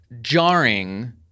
jarring